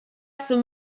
some